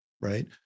right